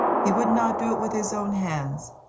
he would not do it with his own hands,